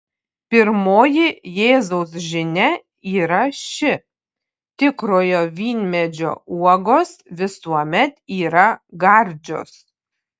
pirmoji jėzaus žinia yra ši tikrojo vynmedžio uogos visuomet yra gardžios